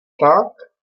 tak